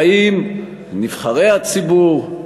באים נבחרי הציבור,